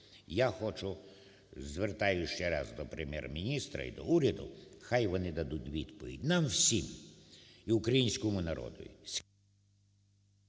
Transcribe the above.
Я хочу, звертаюсь ще раз до Прем'єр-міністра і до уряду, хай вони дадуть відповідь нам всім і українському народу...